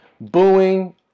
booing